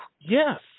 Yes